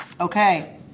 Okay